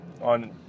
on